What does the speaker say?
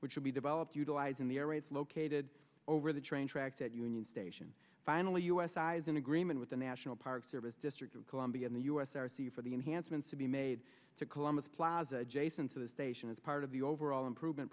which would be developed utilizing the airwaves located over the train tracks at union station finally us eyes in agreement with the national park service district of columbia in the us r c for the enhancements to be made to columbus plaza jason to the station as part of the overall improvement